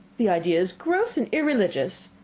the idea is grotesque and irreligious!